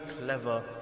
clever